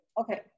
Okay